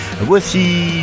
Voici